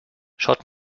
schaut